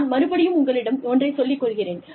நான் மறுபடியும் உங்களிடம் ஒன்றைச் சொல்லிக் கொள்கிறேன்